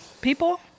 people